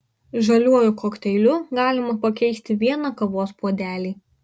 žaliuoju kokteiliu galima pakeisti vieną kavos puodelį